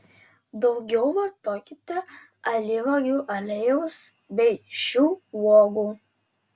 daugiau vartokite alyvuogių aliejaus bei šių uogų